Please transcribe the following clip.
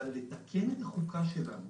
אבל לתקן את החוקה שלנו,